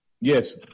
Yes